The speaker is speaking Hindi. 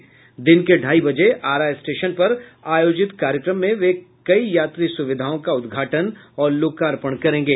इसके अलावा दिन के ढाई बजे आरा स्टेशन पर आयोजित कार्यक्रम में वे कई यात्री सुविधाओं का उद्घाटन और लोकार्पण करेंगे